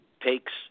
takes